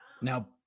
Now